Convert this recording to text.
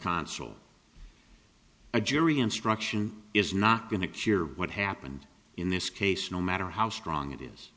consul a jury instruction is not going to cure what happened in this case no matter how strong it is